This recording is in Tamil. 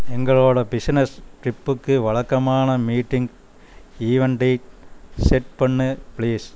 எங்களோடய பிஸுனஸ் ட்ரிப்புக்கு வழக்கமான மீட்டிங் ஈவெண்ட்டை செட் பண்ணு ப்ளீஸ்